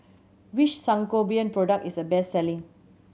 which Sangobion product is the best selling